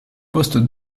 poste